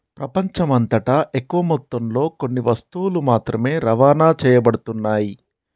ప్రపంచమంతటా ఎక్కువ మొత్తంలో కొన్ని వస్తువులు మాత్రమే రవాణా చేయబడుతున్నాయి